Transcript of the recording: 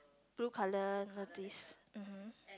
blue colour notice mmhmm